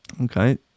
Okay